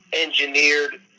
engineered